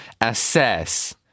assess